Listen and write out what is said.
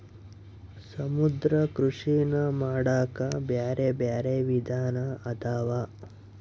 ಸಮುದ್ರ ಕೃಷಿನಾ ಮಾಡಾಕ ಬ್ಯಾರೆ ಬ್ಯಾರೆ ವಿಧಾನ ಅದಾವ